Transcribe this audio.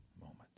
moment